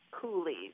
coolies